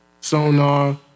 Sonar